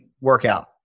workout